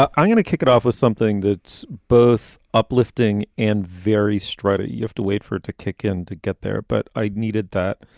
but i'm going to kick it off with something that's both uplifting and very straight. ah you have to wait for it to kick in to get there. but i needed that.